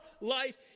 life